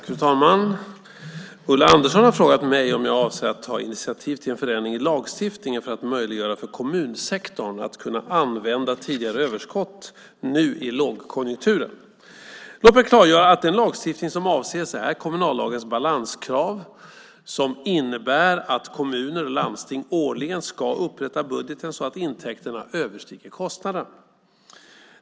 Fru talman! Ulla Andersson har frågat mig om jag avser att ta initiativ till en ändring i lagstiftningen för att möjliggöra för kommunsektorn att använda tidigare överskott nu i lågkonjunkturen. Låt mig klargöra att den lagstiftning som avses är kommunallagens balanskrav som innebär att kommuner och landsting årligen ska upprätta budgeten så att intäkterna överstiger kostnaderna.